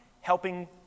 helping